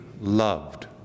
loved